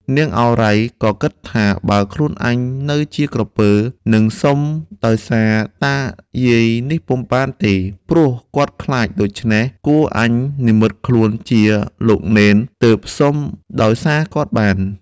នាងឱរ៉ៃ ក៏គិតថា " បើខ្លួនអញនៅជាក្រពើ នឹងសុំដោយសារតាយាយនេះពុំបានទេ ព្រោះគាត់ខ្លាច ដូច្នេះ គួរអញនិម្មិតខ្លួនជាលោកនេន ទើបសុំដោយ សារគាត់បាន " ។